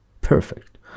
perfect